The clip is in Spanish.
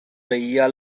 veía